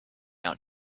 out